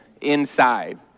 inside